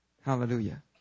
Hallelujah